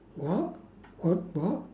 what what what